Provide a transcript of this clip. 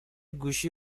گوشی